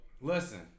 Listen